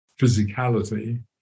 physicality